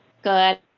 Good